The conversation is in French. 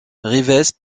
reeves